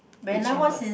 whichever